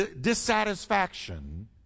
dissatisfaction